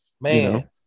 man